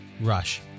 Rush